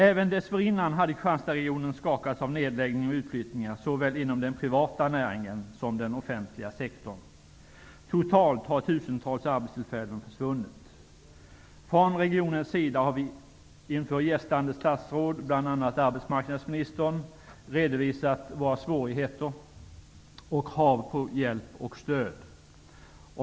Även dessförinnan hade Kristianstadsregionen skakats av nedläggningar och utflyttningar inom såväl den privata näringen som den offentliga sektorn. Totalt har tusentals arbetstillfällen försvunnit. Från regionens sida har vi inför gästande statsråd, bl.a. arbetsmarknadsministern, redovisat våra svårigheter och krav på hjälp och stöd.